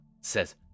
says